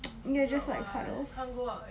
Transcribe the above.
then you just like heartless